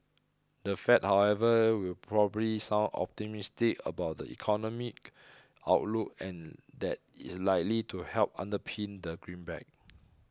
the Fed however will probably sound optimistic about the economic outlook and that is likely to help underpin the greenback